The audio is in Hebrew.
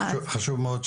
חשוב מאוד.